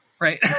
right